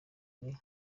ari